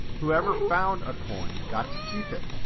whoever found a coin got to keep it.